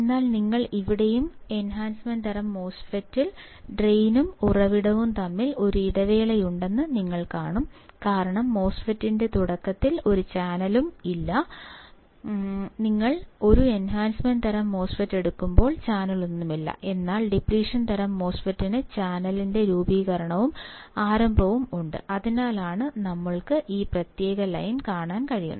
എന്നാൽ നിങ്ങൾ ഇവിടെയും എൻഹാൻസ്മെൻറ് തരം MOSFETൽ ഡ്രെയിനും ഉറവിടവും തമ്മിൽ ഒരു ഇടവേളയുണ്ടെന്ന് നിങ്ങൾ കാണുന്നു കാരണം മോസ്ഫെറ്റിന്റെ തുടക്കത്തിൽ ഒരു ചാനലും ഇല്ല എന്നതാണ് നിങ്ങൾ ഒരു എൻഹാൻസ്മെൻറ് തരം മോസ്ഫെറ്റ് എടുക്കുമ്പോൾ ചാനലൊന്നുമില്ല എന്നാൽ ഡിപ്ലിഷൻ തരം MOSFETൽ ചാനലിന്റെ രൂപവത്കരണവും ആരംഭവും ഉണ്ട് അതിനാലാണ് ഞങ്ങൾക്ക് ഈ പ്രത്യേക ലൈൻ കാണാൻ കഴിയുന്നത്